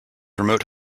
remote